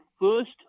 first